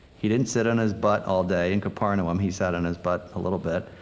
he didn't sit on his butt all day in capernaum. he sat on his butt a little bit,